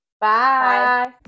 Bye